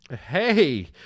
Hey